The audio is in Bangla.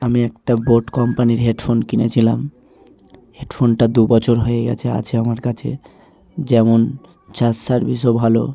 আমি একটা বোট কোম্পানির হেড ফোন কিনেছিলাম হেড ফোনটা দু বছর হয়ে গেছে আছে আমার কাছে যেমন চার্জ সার্ভিসও ভালো